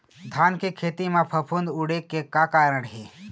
धान के खेती म फफूंद उड़े के का कारण हे?